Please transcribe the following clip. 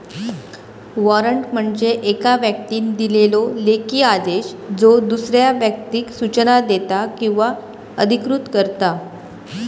warrant म्हणजे येका व्यक्तीन दिलेलो लेखी आदेश ज्यो दुसऱ्या व्यक्तीक सूचना देता किंवा अधिकृत करता